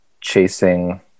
chasing